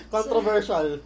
Controversial